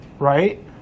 right